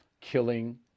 Killing